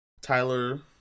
Tyler